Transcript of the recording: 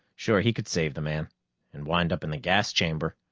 sure, he could save the man and wind up in the gas chamber!